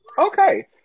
Okay